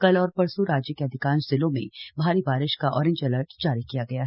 कल और परसो राज्य के अधिकांश जिलों में भारी बारिश का ऑरेंज अलर्ट जारी किया गया है